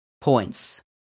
points